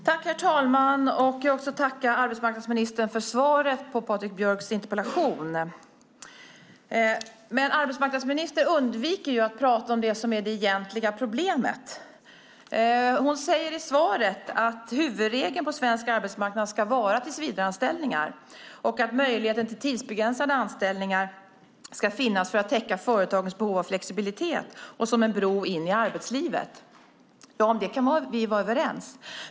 Herr talman! Jag vill också tacka arbetsmarknadsministern för svaret på Patrik Björcks interpellation. Arbetsmarknadsministern undviker att prata om det som är det egentliga problemet. Hon säger i svaret att huvudregeln på svensk arbetsmarknad ska vara tillsvidareanställningar och att möjligheten till tidsbegränsade anställningar ska finnas för att täcka företagens behov av flexibilitet och som en bro in i arbetslivet. Om detta kan vi vara överens.